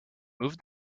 move